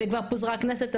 וכבר פוזרה הכנסת,